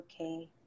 okay